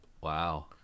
Wow